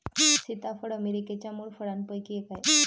सीताफळ अमेरिकेच्या मूळ फळांपैकी एक आहे